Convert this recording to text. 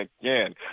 again